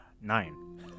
nine